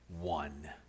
one